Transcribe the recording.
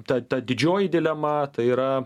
ta ta didžioji dilema tai yra